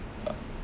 uh